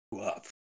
up